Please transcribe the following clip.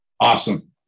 Awesome